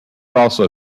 also